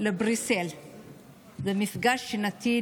לבריסל למפגש שנתי,